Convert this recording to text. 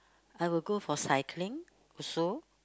I will go for cycling also